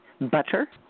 Butter